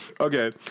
okay